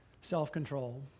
self-control